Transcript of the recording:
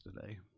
today